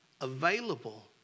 available